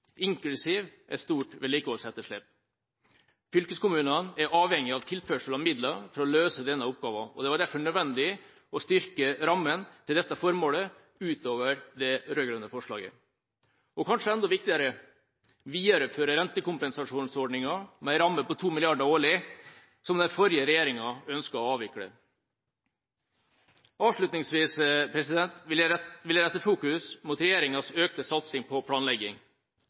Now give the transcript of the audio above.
inklusiv et stort vedlikeholdsetterslep. Fylkeskommunene er avhengige av tilførsel av midler for å løse denne oppgaven. Det var derfor nødvendig å styrke rammen til dette formålet utover det rød-grønne forslaget, og kanskje enda viktigere: videreføre rentekompensasjonsordningen med en ramme på 2 mrd. kr årlig, som den forrige regjeringa ønsket å avvikle. Avslutningsvis vil jeg rette fokus mot regjeringas økte satsing på planlegging.